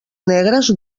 negres